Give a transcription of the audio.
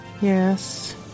Yes